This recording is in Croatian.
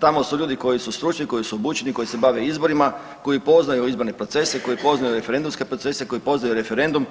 Tamo su ljudi koji su stručni, koji su obučeni, koji se bave izborima, koji poznaju izborne procese, koji poznaju referendumske procese, koji poznaju referendum,